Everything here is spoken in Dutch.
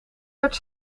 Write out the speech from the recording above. werd